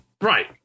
Right